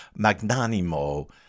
magnanimo